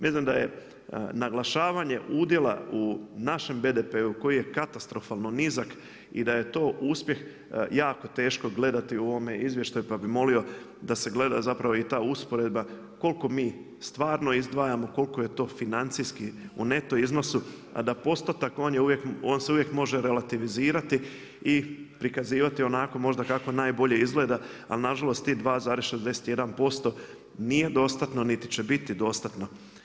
Mislim da je naglašavanje udjela u našem BDP-u koji je katastrofalno nizak i da je to uspjeh jako teško gledati u ovome izvještaju pa bi molio da se gleda zapravo i ta usporedba koliko mi stvarno izdvajamo, koliko je to financijski u neto iznosu, a da se postotak on se uvijek može relativizirati i prikazivati onako možda kako najbolje izgleda, ali nažalost ih 2,61% nije dostatno niti će biti dostatno.